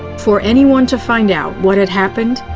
for anyone to find out what had happened,